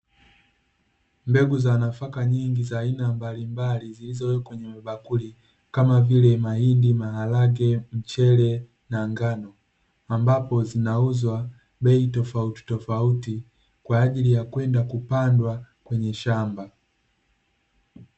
Mbegu za nafaka nyingi za aina mbalimbali zilizowekwa kwenye vibakuli, kama vile mahindi, maharage, mchele na ngano. Ambapo zinauzwa bei tofauti tofauti, kwa ajili ya kwenda kupandwa kwenye shamba.